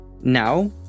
Now